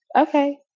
Okay